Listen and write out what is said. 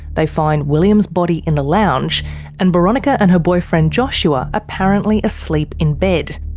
they find william's body in the lounge and boronika and her boyfriend joshua apparently asleep in bed.